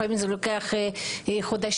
לפעמים זה לוקח חודשים,